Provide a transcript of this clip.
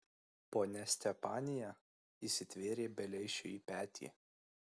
ponia stepanija įsitvėrė beleišiui į petį